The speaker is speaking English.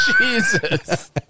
Jesus